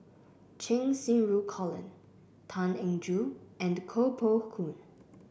Cheng Xinru Colin Tan Eng Joo and Koh Poh Koon